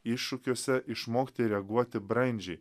iššūkiuose išmokti reaguoti brandžiai